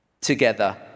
together